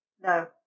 No